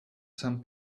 some